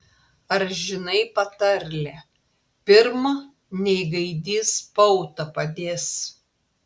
ar žinai patarlę pirm nei gaidys pautą padės